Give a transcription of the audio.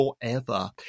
Forever